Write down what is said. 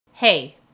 Hey